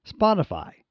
Spotify